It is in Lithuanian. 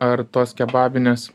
ar tos kebabinės